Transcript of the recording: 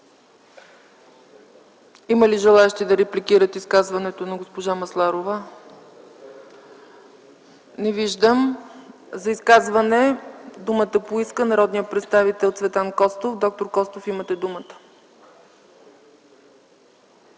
представители да репликират изказването на госпожа Масларова? Не виждам. Думата за изказване поиска народният представител Цветан Костов. Доктор Костов, имате думата.